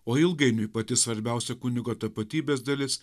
o ilgainiui pati svarbiausia kunigo tapatybės dalis